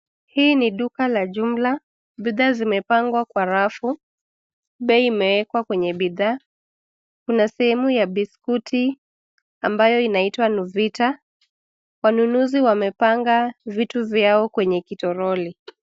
Hii ni duka la jumla, bidhaa zimepangwa kwa rafu. Bei imewekwa kwenye bidhaa. Kuna sehemu ya biskuti, ambayo inaitwa Nuvita. Wanunuzi wamepanga vitu vyao kwenye kitoroli.